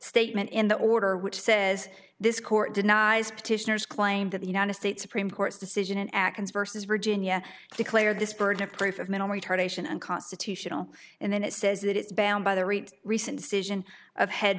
statement in the order which says this court denies petitioners claim that the united states supreme court's decision in actions versus virginia declared this burden of proof of mental retardation unconstitutional and then it says it is bound by the rate recent decision of head